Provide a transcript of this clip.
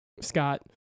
Scott